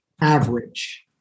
Average